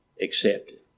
accepted